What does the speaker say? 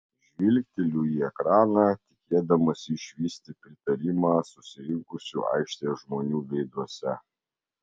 žvilgteliu į ekraną tikėdamasi išvysti pritarimą susirinkusių aikštėje žmonių veiduose